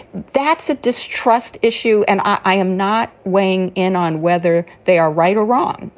that's a distrust issue. and i am not weighing in on whether they are right or wrong,